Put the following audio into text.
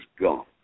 gone